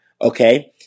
Okay